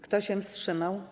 Kto się wstrzymał?